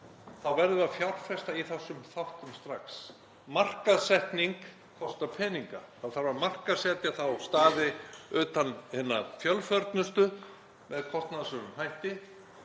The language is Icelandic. þá verðum við að fjárfesta í þessum þáttum strax. Markaðssetning kostar peninga. Það þarf að markaðssetja staði utan hinna fjölförnustu með kostnaðarsömum hætti,